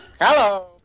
Hello